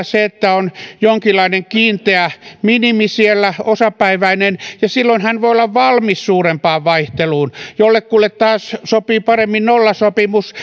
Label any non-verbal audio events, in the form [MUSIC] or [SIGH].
[UNINTELLIGIBLE] se että on jonkinlainen kiinteä minimi siellä osapäiväinen ja silloin hän voi olla valmis suurempaan vaihteluun jollekulle taas sopii paremmin nollasopimus [UNINTELLIGIBLE]